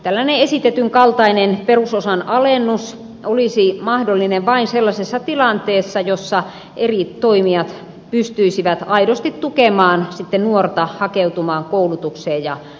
tällainen esitetyn kaltainen perusosan alennus olisi mahdollinen vain sellaisessa tilanteessa jossa eri toimijat pystyisivät aidosti tukemaan nuorta hakeutumaan koulutukseen ja työelämään